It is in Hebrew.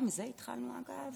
גם בזה התחלנו, אגב.